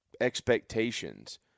expectations